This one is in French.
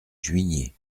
juigné